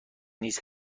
نیز